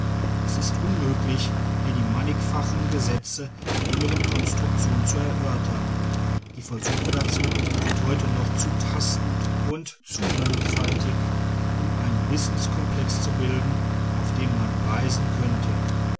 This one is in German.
es ist unmöglich hier die mannigfachen gesetze der inneren konstruktion zu erörtern die versuche dazu sind heute noch zu tastend und zu mannigfaltig um einen wissenskomplex zu bilden auf den man weisen könnte